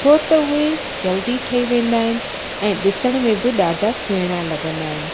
छो त उहे जल्दी ठही वेंदा आहिनि ऐं ॾिसण में बि ॾाढा सुहिणा लॻंदा आहिनि